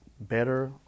better